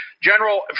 General